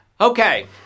Okay